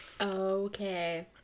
Okay